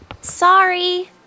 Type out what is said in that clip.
Sorry